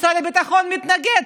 משרד הביטחון מתנגד.